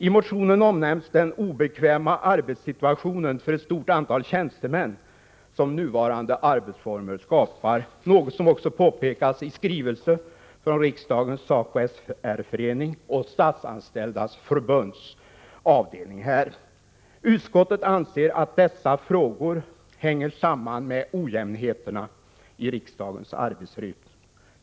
I motionen omnämns den obekväma arbetssituation som nuvarande arbetsformer skapar för ett stort antal tjänstemän, något som också påpekas i skrivelser från Riksdagens SACO/SR-förening och Statsanställdas förbunds avdelning här. Utskottet anser att dessa frågor hänger samman med ojämnheterna i riksdagens arbetsrytm.